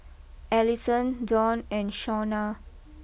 Allisson Donn and Shawna